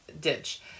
ditch